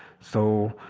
so